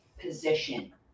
position